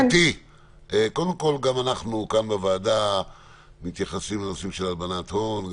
גם אנחנו כאן בוועדה מתייחסים לנושאים של הלבנת הון.